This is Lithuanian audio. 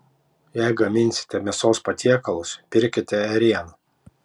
jei gaminsite mėsos patiekalus pirkite ėrieną